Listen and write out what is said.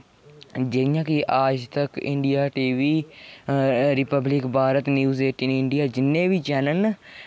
जि'यां कि 'आज तक' 'India T V ' 'Republic Bharat' 'News eighteen India' जिन्ने बी चैनल न